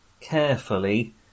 carefully